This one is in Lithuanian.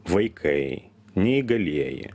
vaikai neįgalieji